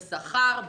בשכר,